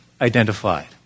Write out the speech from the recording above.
identified